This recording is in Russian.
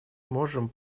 можем